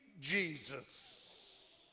Jesus